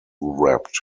wrapped